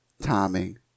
timing